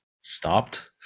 stopped